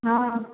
ହଁ